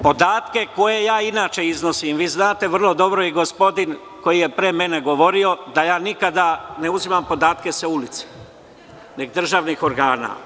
Podatke koje ja inače iznosim, vi znate vrlo dobro i gospodin koji je pre mene govorio, da nikada ne uzimam podatke sa ulice, nego iz državnih organa.